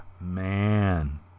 man